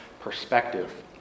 perspective